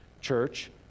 church